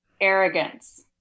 arrogance